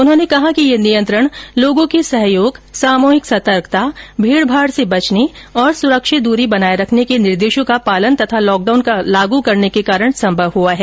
उन्होंने कहा कि यह नियंत्रण लोगों के सहयोग सामूहिक सतर्कता भीडभाड से बचने और सुरक्षित दूरी बनाए रखने के निर्देशों का पालन तथा लॉकडाउन लागू करने के कारण संभव हुआ है